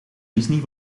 disney